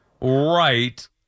Right